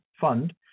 Fund